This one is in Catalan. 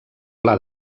pla